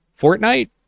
Fortnite